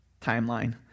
Timeline